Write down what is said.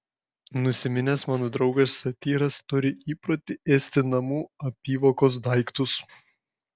nusiminęs mano draugas satyras turi įprotį ėsti namų apyvokos daiktus